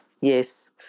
yes